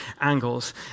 angles